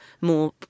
more